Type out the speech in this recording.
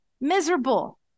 miserable